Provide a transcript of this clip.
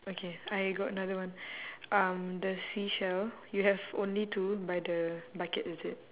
okay I got another one um the seashell you have only two by the bucket is it